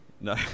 no